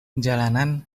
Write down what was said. jalanan